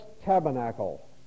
tabernacle